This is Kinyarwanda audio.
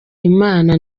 imana